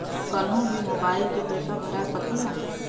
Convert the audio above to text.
कन्हू भी मोबाइल के पैसा भरा सकीला?